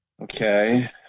Okay